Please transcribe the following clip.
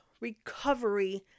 recovery